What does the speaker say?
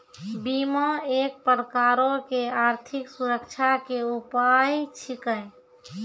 बीमा एक प्रकारो के आर्थिक सुरक्षा के उपाय छिकै